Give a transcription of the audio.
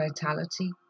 vitality